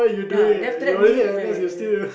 ya then after me uh